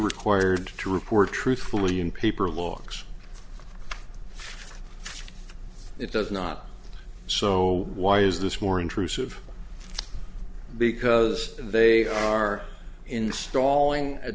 required to report truthfully in paper logs it does not so why is this more intrusive because they are installing a